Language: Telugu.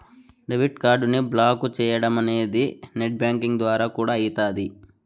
డెబిట్ కార్డుని బ్లాకు చేయడమనేది నెట్ బ్యాంకింగ్ ద్వారా కూడా అయితాది